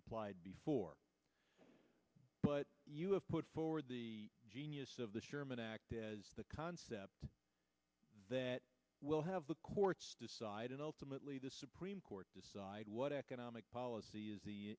applied before but you have put forward the genius of the sherman act as the concept that will have the courts decided ultimately the supreme court decide what economic policy is the